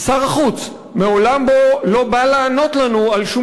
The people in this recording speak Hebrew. שר החוץ מעולם לא בא לענות לנו על שום